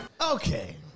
Okay